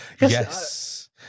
Yes